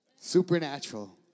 Supernatural